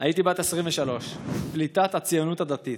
הייתי בת 23, פליטת הציונות הדתית.